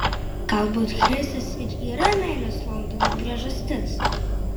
galbūt chrisas ir yra meilės londonui priežastis